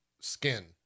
skin